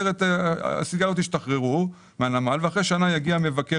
הסיגריות השתחררו מהנמל ונניח שאחרי שנה יגיע מבקר